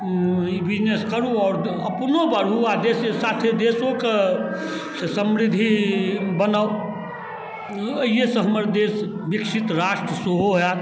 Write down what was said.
ई business करू आओर अपनो बढ़ू आओर देश साथे देशोके से समृद्ध बनाउ एहिसँ हमर देश विकसित राष्ट्र सेहो हैत